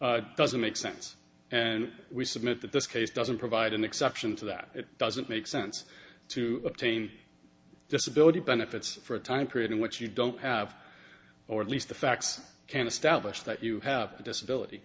claim doesn't make sense and we submit that this case doesn't provide an exception to that it doesn't make sense to obtain disability benefits for a time period in which you don't have or at least the facts can establish that you have a disability